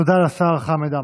תודה לשר חמד עמאר.